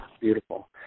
Beautiful